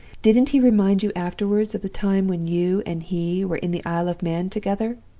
didn't he remind you afterward of the time when you and he were in the isle of man together,